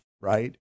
right